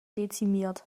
dezimiert